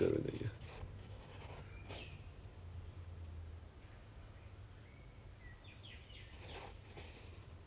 !wah! then you really must run the show already leh like 那种什么 drill lah 那个什么 f~ whatever lah whatever thing